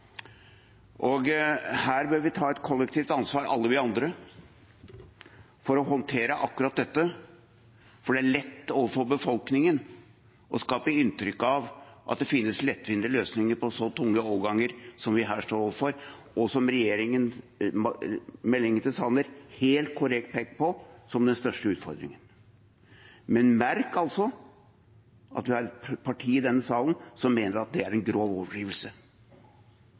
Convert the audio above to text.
Her bør vi ta et kollektivt ansvar, alle vi andre, for å håndtere akkurat dette, for det er lett overfor befolkningen å skape inntrykk av at det finnes lettvinte løsninger på så tunge overganger som vi her står overfor, og som regjeringen, i meldingen til Sanner, helt korrekt peker på som den største utfordringen. Men merk at vi har et parti i denne salen som mener at det er en grov overdrivelse.